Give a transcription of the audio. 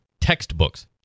textbooks